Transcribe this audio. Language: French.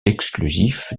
exclusif